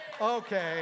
Okay